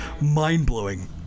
mind-blowing